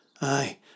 Aye